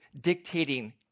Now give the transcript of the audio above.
dictating